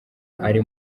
ari